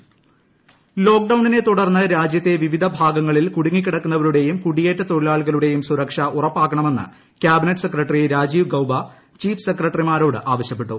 രാജീവ് ഗൌബ ലോക്ക്ഡൌണിനെ തുടർന്ന് രാജ്യത്തെ വിവിധ ഭാഗങ്ങളിൽ കുടുങ്ങിക്കിടക്കുന്നവരുടെയും കുടിയേറ്റ തൊഴിലാളികളുടെയും സുരക്ഷ ഉറപ്പാക്കണമെന്ന് cabinet secretary Rajiv Gauba chief സെക്രട്ടറിമാരോട് ആവശ്യപ്പെട്ടു